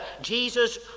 Jesus